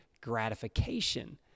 gratification